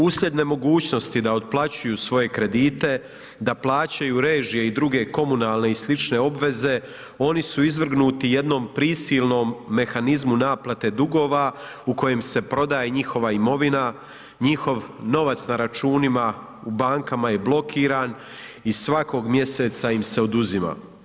Uslijed nemogućnosti da otplaćuju svoje kredite, da plaćaju režije i druge komunalne i slične obveze, oni su izvrgnuti jednom prisilnom mehanizmu naplate dugova u kojem se prodaje njihova imovina, njihov novac na računima u bankama je blokiran i svakog mjeseca im se oduzima.